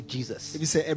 Jesus